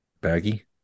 baggy